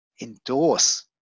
endorse